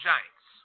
Giants